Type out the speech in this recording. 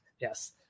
Yes